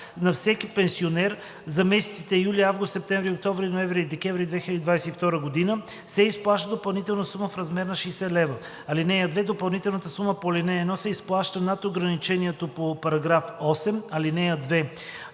на всеки пенсионер за месеците юли, август, септември, октомври, ноември и декември 2022 г. се изплаща допълнителна сума в размер на 60 лв. (2) Допълнителната сума по ал. 1 се изплаща над ограничението по § 8, ал.